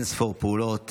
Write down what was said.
אין-ספור פעולות